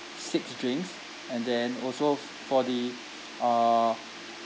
six drinks and then also f~ for the uh